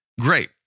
Great